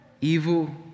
evil